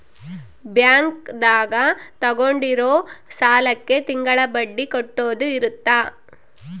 bank ದಾಗ ತಗೊಂಡಿರೋ ಸಾಲಕ್ಕೆ ತಿಂಗಳ ಬಡ್ಡಿ ಕಟ್ಟೋದು ಇರುತ್ತ